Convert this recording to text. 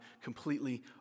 completely